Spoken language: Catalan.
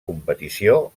competició